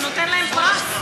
זה נותן להם פרס,